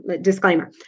disclaimer